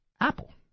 Apple